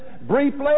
briefly